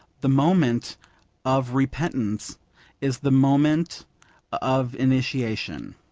the moment of repentance is the moment of initiation.